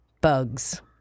Bugs